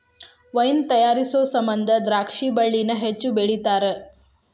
wine ತಯಾರಿಸು ಸಮಂದ ದ್ರಾಕ್ಷಿ ಬಳ್ಳಿನ ಹೆಚ್ಚು ಬೆಳಿತಾರ